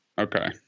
Okay